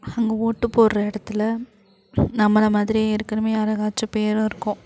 அங்கே ஓட்டு போடுற இடத்துல நம்மளை மாதிரியே ஏற்கனவே யாருக்காச்சும் பேர் இருக்கும்